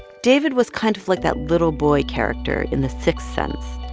david was kind of like that little boy character in the sixth sense.